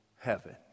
Heaven